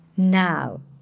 Now